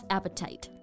Appetite